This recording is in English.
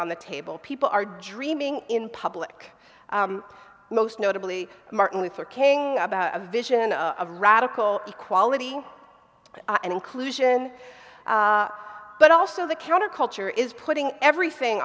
on the table people are dreaming in public most notably martin luther king about a vision of radical equality and inclusion but also the counterculture is putting everything